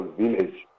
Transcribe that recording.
village